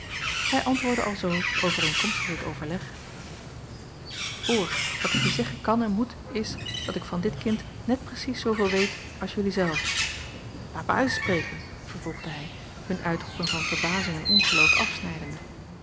hij antwoordde alzoo overeenkomstig dit overleg hoor wat ik je zeggen kan en moet is dat ik van dit kind net precies zooveel weet als jijlui zelve laat mij uitspreken vervolgde hij hun uitroepen van verbazing en ongeloof afsnijdende